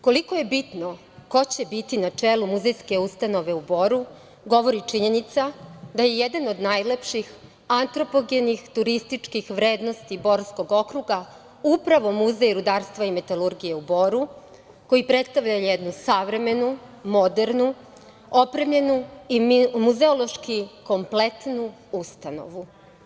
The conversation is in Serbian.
Koliko je bitno ko će biti na čelu muzejske ustanove u Boru, govori i činjenica da je jedan od najlepših antropogenih turističkih vrednosti Borskog okruga, upravo Muzej rudarstva metalurgije u Boru, koji predstavlja jednu savremenu i modernu, opremljenu, i muzeološki kompletnu ustanovu.